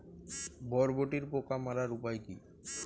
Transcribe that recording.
বরবটির পোকা মারার উপায় কি?